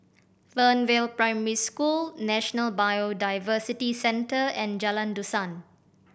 Fernvale Primary School National Biodiversity Centre and Jalan Dusan